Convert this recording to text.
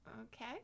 Okay